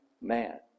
man